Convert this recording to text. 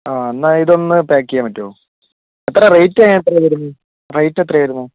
എന്നാൽ ഇത് ഒന്ന് പാക്ക് ചെയ്യാൻ പറ്റുമോ എത്രയാ റേറ്റ് അതിന് എത്രയാ വരുന്നത് റേറ്റ് എത്രയാ വരുന്നത്